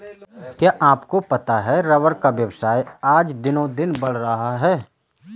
क्या आपको पता है रबर का व्यवसाय आज दिनोंदिन बढ़ रहा है?